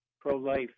pro-life